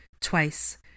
twice